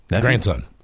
grandson